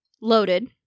loaded